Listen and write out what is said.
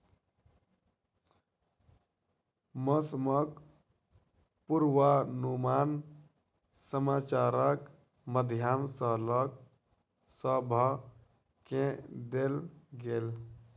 मौसमक पूर्वानुमान समाचारक माध्यम सॅ लोक सभ केँ देल गेल